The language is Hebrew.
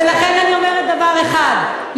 ולכן אני אומרת דבר אחד,